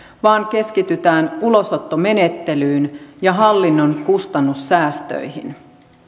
vaan keskitytään ulosottomenettelyyn ja hallinnon kustannussäästöihin